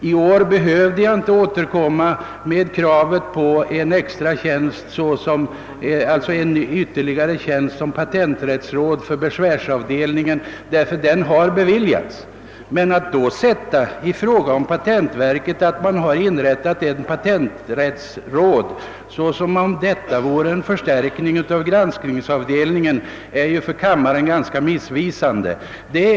I år behövde jag inte återkomma med kravet på ytterligare en tjänst som patenträttsråd på besvärsavdelningen, ty departementschefen föreslår själv inrättande av en sådan tjänst. Men att framställa saken så, att inrättandet av denna tjänst som patenträttsråd skulle innebära en förstärkning av granskningsavdelningen är ju att ge kammaren ett missvisande intryck.